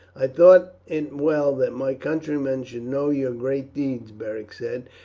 i thought it well that my countrymen should know your great deeds, beric said,